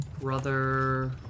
Brother